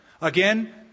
Again